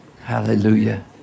Hallelujah